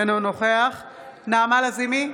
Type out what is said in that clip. אינו נוכח נעמה לזימי,